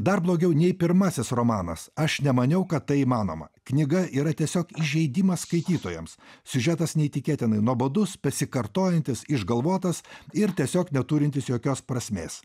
dar blogiau nei pirmasis romanas aš nemaniau kad tai įmanoma knyga yra tiesiog įžeidimas skaitytojams siužetas neįtikėtinai nuobodus pasikartojantis išgalvotas ir tiesiog neturintis jokios prasmės